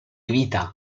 vita